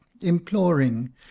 imploring